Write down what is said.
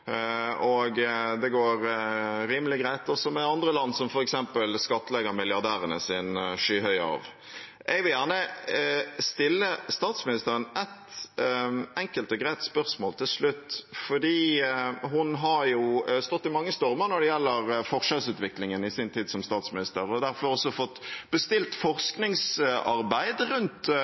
og det går rimelig greit også med andre land som f.eks. skattlegger milliardærenes skyhøye arv. Jeg vil gjerne stille statsministeren et enkelt og greit spørsmål til slutt. Hun har jo stått i mange stormer når det gjelder forskjellsutviklingen i sin tid som statsminister, og hun har derfor også fått bestilt forskningsarbeid rundt